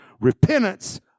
Repentance